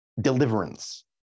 deliverance